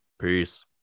Peace